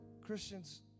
Christians